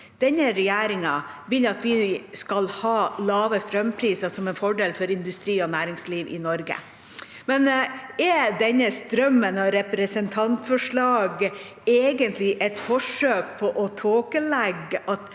Denne regjeringa vil at vi skal ha lave strømpriser som en fordel for industri og næringsliv i Norge. Er denne strømmen av representantforslag egentlig et forsøk på å tåkelegge at